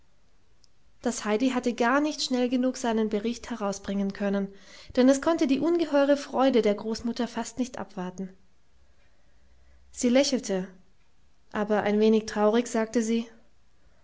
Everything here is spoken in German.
das heidi hatte gar nicht schnell genug seinen bericht herausbringen können denn es konnte die ungeheure freude der großmutter fast nicht abwarten sie lächelte aber ein wenig traurig sagte sie